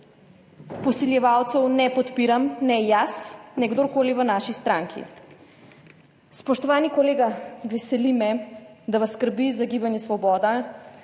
Posiljevalcev ne podpiram ne jaz ne kdorkoli v naši stranki. Spoštovani kolega, veseli me, da vas skrbi za gibanje Svoboda